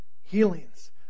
healings